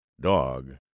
dog